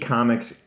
Comics